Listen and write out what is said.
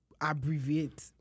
abbreviate